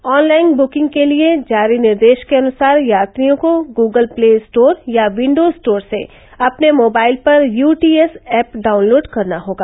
online booking के लिये जारी निर्देश के अनुसार यात्रियों को गूगल प्ले स्टोर या विंडो स्टोर से अपने मोबाइल पर U T S app download करना होगा